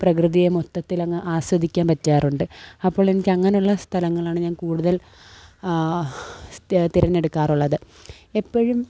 പ്രകൃതിയെ മൊത്തത്തിൽ അങ്ങ് ആസ്വദിക്കാൻ പറ്റാറുണ്ട് അപ്പോൾ എനിക്കങ്ങനെയുള്ള സ്ഥലങ്ങളാണ് ഞാൻ കൂടുതൽ തിരഞ്ഞെടുക്കാറുള്ളത് എപ്പോഴും